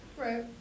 Right